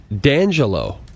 D'Angelo